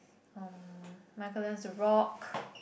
um Michael learns to Rock